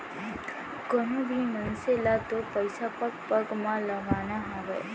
कोनों भी मनसे ल तो पइसा पग पग म लगाना हावय